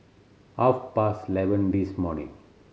half past eleven this morning